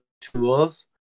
tools